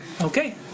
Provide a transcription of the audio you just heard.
Okay